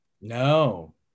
no